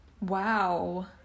wow